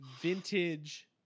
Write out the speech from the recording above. vintage